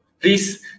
please